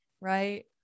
right